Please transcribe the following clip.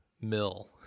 mill